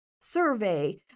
survey